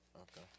okay